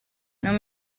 non